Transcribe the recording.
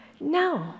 no